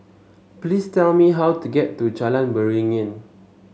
please tell me how to get to Jalan Beringin